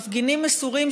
מפגינים מסורים,